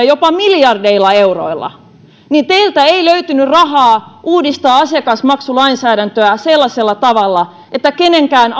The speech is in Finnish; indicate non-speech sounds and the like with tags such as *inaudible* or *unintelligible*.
*unintelligible* jopa miljardeilla euroilla niin teiltä ei löytynyt rahaa uudistaa asiakasmaksulainsäädäntöä sellaisella tavalla että kenenkään *unintelligible*